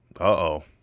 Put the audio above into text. Uh-oh